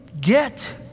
get